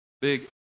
Big